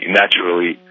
naturally